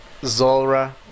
Zolra